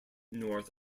north